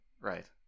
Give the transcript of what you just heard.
Right